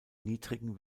niedrigen